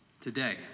Today